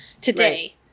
today